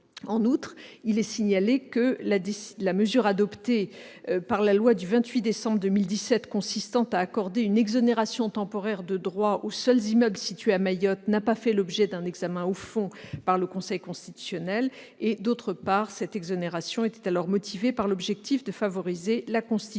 En outre, il est signalé que la mesure adoptée dans la loi du 28 décembre 2017 consistant à accorder une exonération temporaire de droit aux seuls immeubles situés à Mayotte n'a pas fait l'objet d'un examen au fond par le Conseil constitutionnel. Par ailleurs, cette exonération était alors motivée par l'objectif de favoriser la constitution